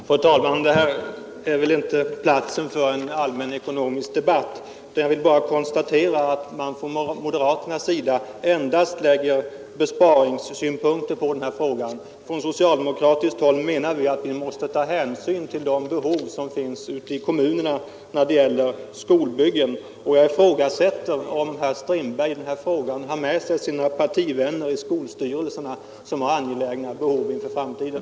Fru talman! Här är väl inte platsen för en allmän ekonomisk debatt. Jag vill bara konstatera att man från moderaternas sida endast lägger besparingssynpunkter på den här frågan. Från socialdemokratiskt håll vet vi att vi måste ta hänsyn till de behov som finns ute i kommunerna när det gäller skolbyggen. Jag ifrågasätter om herr Strindberg i den här frågan har med sig sina partivänner i skolstyrelser som har angelägna behov inför framtiden.